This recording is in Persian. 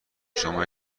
شما